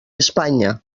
espanya